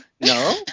No